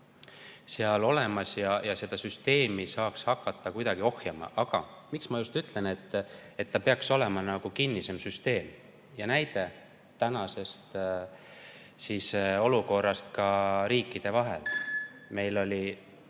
seal olemas ja seda süsteemi saaks hakata kuidagi ohjama. Aga miks ma ütlen, et peaks olema kinnisem süsteem? Näide tänasest [kriisi]olukorrast riikide vahel. Meil oli